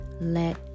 let